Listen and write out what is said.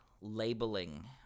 labeling